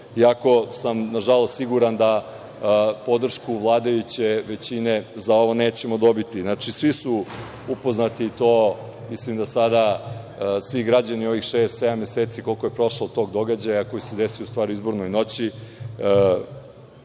iako sam nažalost siguran da podršku vladajuće većine nećemo dobiti. Svi su upoznati i mislim da sada svi građani ovih šest, sedam meseci koliko je prošlo od tog događaja, koji se desio ustvari u izbornoj noći,